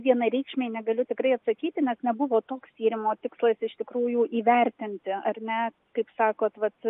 vienareikšmiai negaliu tiksliai atsakyti nes nebuvo toks tyrimo tikslas iš tikrųjų įvertinti ar ne kaip sakote vat